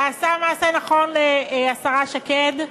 נעשה מעשה נכון, השרה שקד,